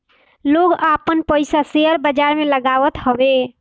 लोग आपन पईसा शेयर बाजार में लगावत हवे